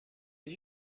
did